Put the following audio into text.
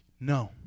No